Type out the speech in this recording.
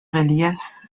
reliefs